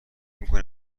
میکنی